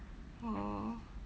oh